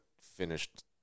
finished